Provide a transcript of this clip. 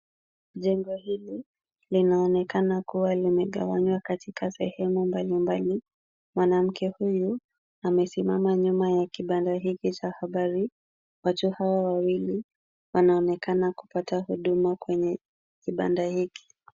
Jengo hili linaonekana kuwa limegawanywa katika sehemu mbalimbali. Mwanamke huyu amesimama nyuma ya kibanda hiki cha habari. Watu hawa wawili wanaonekana kupata huduma kwenye kibanda hiki.